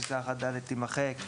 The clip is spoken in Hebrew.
פסקה (1)(ד) תימחק.